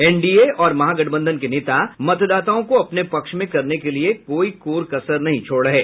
NDA और महागठबंधन के नेता मतदाताओं को अपने पक्ष में करने के लिए कोई कोर कसर नहीं छोड़ रहे हैं